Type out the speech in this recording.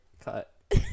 cut